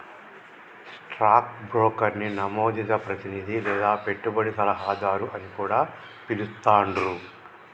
stock బ్రోకర్ని నమోదిత ప్రతినిధి లేదా పెట్టుబడి సలహాదారు అని కూడా పిలుత్తాండ్రు